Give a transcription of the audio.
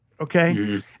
Okay